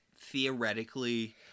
theoretically